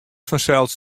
fansels